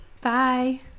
Bye